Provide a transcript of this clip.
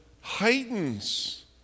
heightens